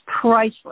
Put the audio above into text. priceless